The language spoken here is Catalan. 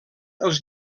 els